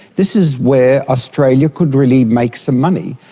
this is where australia could really make some money,